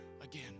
again